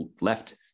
left